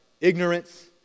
ignorance